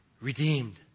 redeemed